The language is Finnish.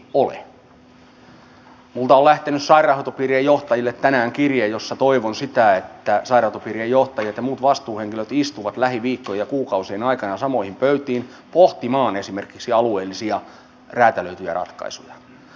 minulta on lähtenyt sairaanhoitopiirien johtajille tänään kirje jossa toivon sitä että sairaanhoitopiirien johtajat ja muut vastuuhenkilöt istuvat lähiviikkojen ja kuukausien aikana samoihin pöytiin pohtimaan esimerkiksi alueellisia räätälöityjä ratkaisuja